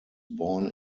born